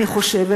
אני חושבת,